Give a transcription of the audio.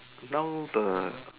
now the